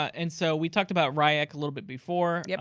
and so we talked about rayek a little but before, yeah